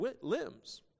limbs